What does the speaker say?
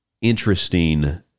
interesting